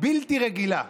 בלתי רגילה,